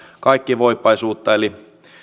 kaikkivoipaisuutta eli